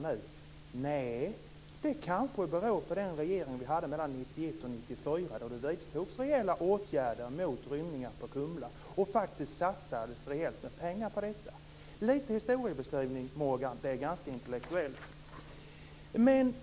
Nej, det kanske beror på den regering vi hade mellan 1991 och 1994 då det vidtogs rejäla åtgärder och satsades mycket pengar mot rymningar på Kumla. Det är intellektuellt med lite historieskrivning.